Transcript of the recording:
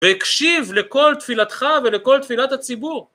והקשיב לכל תפילתך ולכל תפילת הציבור